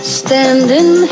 standing